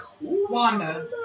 Wanda